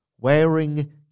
Wearing